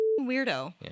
weirdo